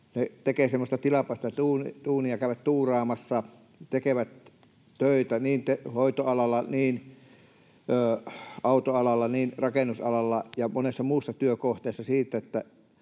he tekevät semmoista tilapäistä duunia, käyvät tuuraamassa, tekevät töitä hoitoalalla, autoalalla, rakennusalalla ja monessa muussa työkohteessa, että